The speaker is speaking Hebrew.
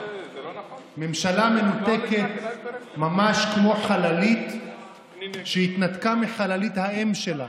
ממשלה מנותקת ממש כמו חללית שהתנתקה מחללית האם שלה,